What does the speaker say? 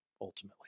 ultimately